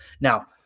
Now